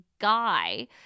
guy